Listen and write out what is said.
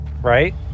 Right